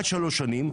עד 3 שנים,